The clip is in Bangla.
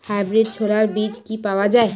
হাইব্রিড ছোলার বীজ কি পাওয়া য়ায়?